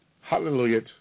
Hallelujah